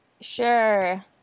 sure